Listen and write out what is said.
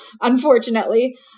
unfortunately